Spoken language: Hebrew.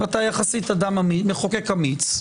ויחסית אתה מחוקק אמיץ,